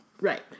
Right